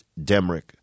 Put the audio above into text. Demrick